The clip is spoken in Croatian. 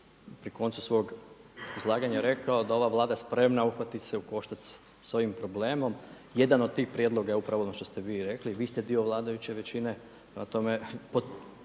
pri koncu svog izlaganja rekao da je ova Vlada spremna uhvatit se u koštac sa ovim problemom. Jedan od tih prijedloga je upravo ono što ste vi rekli. Vi ste dio vladajuće većine. Prema tome,